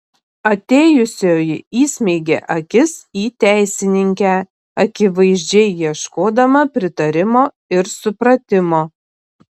atėjusioji įsmeigė akis į teisininkę akivaizdžiai ieškodama pritarimo ir supratimo